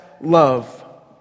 love